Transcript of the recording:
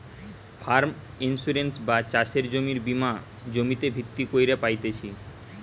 farm insurance বা চাষের জমির বীমা জমিতে ভিত্তি কইরে পাইতেছি